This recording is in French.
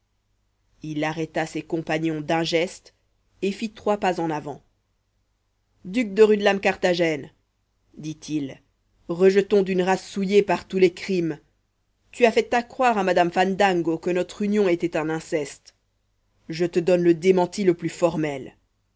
il arrêta ses compagnons d'un geste et fit trois pas en avant duc de rudelame carthagène dit-il rejeton d'une race souillée par tous les crimes tu as fait accroire à madame fandango que notre union était un inceste je te donne le démenti le plus formel